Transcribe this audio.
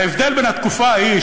וההבדל בין התקופה ההיא,